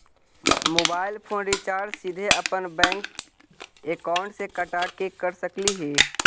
Mobile phone recharge सीधे अपन bank account से कटा के कर सकली ही?